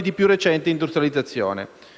di più recente industrializzazione.